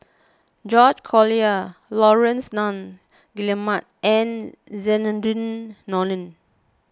George Collyer Laurence Nunns Guillemard and Zainudin Nordin